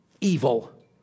evil